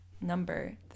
number